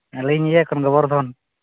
ᱟᱹᱞᱤᱧ ᱤᱭᱟᱹ ᱠᱷᱚᱱ ᱜᱚᱵᱚᱨᱫᱷᱚᱱ